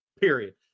Period